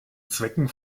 zwecken